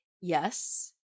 yes